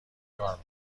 کار